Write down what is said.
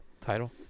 title